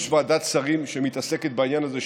יש ועדת שרים שמתעסקת בעניין הזה,